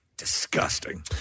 disgusting